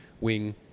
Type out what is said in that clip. wing